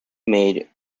made